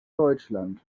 deutschland